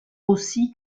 aussi